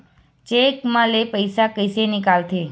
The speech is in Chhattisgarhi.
चेक म ले पईसा कइसे निकलथे?